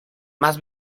más